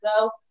go